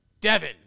Devin